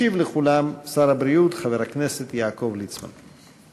ישיב לכולם שר הבריאות חבר הכנסת יעקב ליצמן.